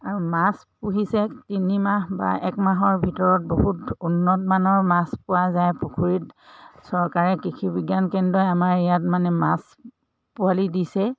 আৰু মাছ পুহিছে তিনিমাহ বা এক মাহৰ ভিতৰত বহুত উন্নতমানৰ মাছ পোৱা যায় পুখুৰীত চৰকাৰে কৃষি বিজ্ঞান কেন্দ্ৰই আমাৰ ইয়াত মানে মাছ পোৱালি দিছে